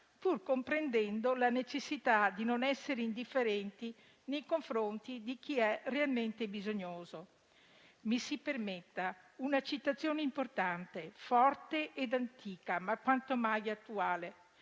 pur comprendendo la necessità di non essere indifferenti nei confronti di chi è realmente bisognoso. Mi si permetta una citazione importante, forte ed antica, ma quanto mai attuale: